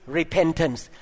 repentance